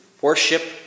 worship